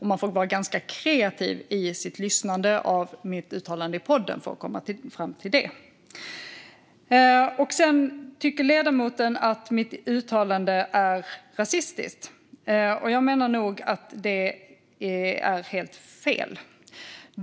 Man får vara ganska kreativ i sitt lyssnande gällande mitt uttalande i podden för att komma fram till något annat. Ledamoten tycker att mitt uttalande är rasistiskt. Jag menar att det är helt fel.